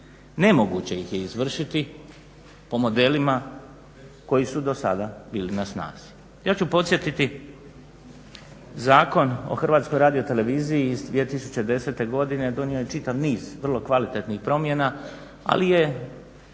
Nemoguće ih je izvršiti po modelima koji su do sada bili na snazi. Ja ću podsjetiti Zakon o Hrvatskoj radioteleviziji iz 2010. godine donio je čitav niz vrlo kvalitetnih promjena, ali je